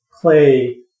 play